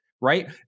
right